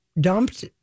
dumped